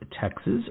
Texas